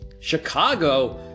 chicago